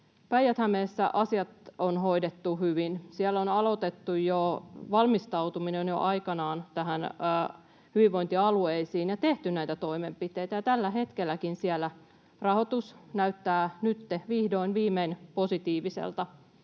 Päijät-Hämeessä asiat on hoidettu hyvin. Siellä on aloitettu valmistautuminen hyvinvointialueisiin jo aikanaan ja tehty toimenpiteitä, ja tällä hetkelläkin siellä rahoitus näyttää nyt vihdoin viimein positiiviselta